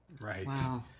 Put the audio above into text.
Right